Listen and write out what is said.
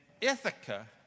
Ithaca